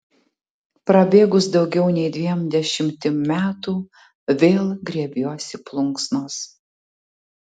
prabėgus daugiau nei dviem dešimtim metų vėl griebiuosi plunksnos